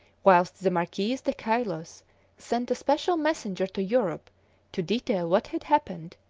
whilst the marquis de caylus sent a special messenger to europe to detail what had happened,